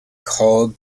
called